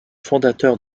fondateurs